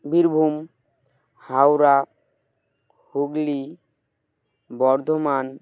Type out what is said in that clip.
Birbhum Howrah Hooghly Bardhaman